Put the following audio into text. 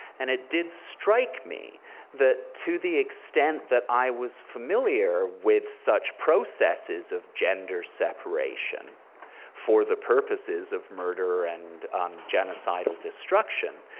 and it did strike me that to the extent that i was familiar with such processes of gender separation for the purposes of murder and genocidal destruction,